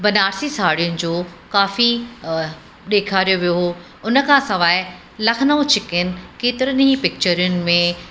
बनारसी साड़ियुनि जो काफ़ी ॾेखारियो वियो हुओ हुन खां सवाइ लखनऊ चिकिन केतिरनि ई पिक्चरुनि में